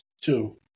Two